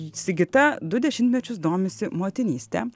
sigita du dešimtmečius domisi motinyste